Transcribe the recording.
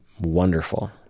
wonderful